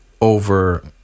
over